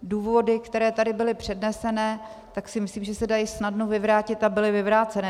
Důvody, které tady byly předneseny, si myslím, že se dají snadno vyvrátit, a byly vyvráceny.